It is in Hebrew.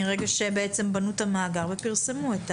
מרגע שבנו את המאגר ופרסמו.